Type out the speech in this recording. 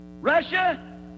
Russia